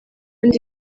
ndi